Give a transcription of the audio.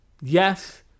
yes